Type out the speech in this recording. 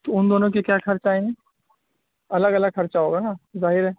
تو ان دونوں کے کیا خرچ آئیں گے الگ الگ خرچہ ہوگا نا ظاہر ہے